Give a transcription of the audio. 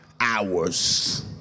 hours